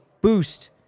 boost